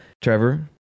trevor